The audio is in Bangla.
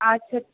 আচ্ছা